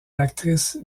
l’actrice